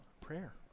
prayer